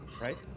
right